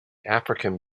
african